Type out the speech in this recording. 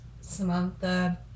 Samantha